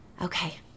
Okay